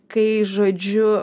kai žodžiu